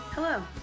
Hello